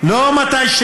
לא מתי,